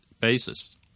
basis